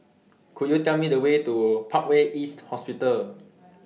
Could YOU Tell Me The Way to Parkway East Hospital